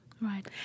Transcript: Right